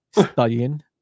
studying